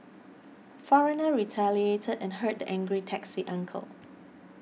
foreigner retaliated and hurt the angry taxi uncle